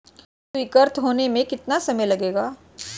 ऋण स्वीकृत होने में कितना समय लगेगा?